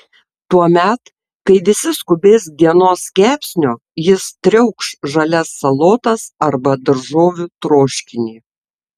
tuomet kai visi skubės dienos kepsnio jis triaukš žalias salotas arba daržovių troškinį